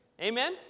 Amen